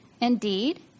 Indeed